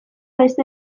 beste